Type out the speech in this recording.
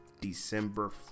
December